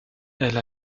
elle